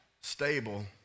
stable